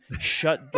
shut